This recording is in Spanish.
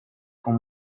con